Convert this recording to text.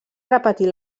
repetir